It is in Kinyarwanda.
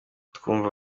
twumva